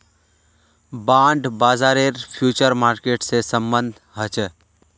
bond बाजारेर future market से सम्बन्ध ह छे